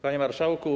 Panie Marszałku!